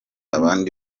abandi